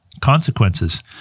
consequences